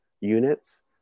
units